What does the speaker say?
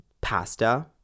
pasta